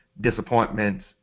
disappointments